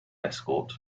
escort